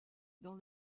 dans